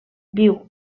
viu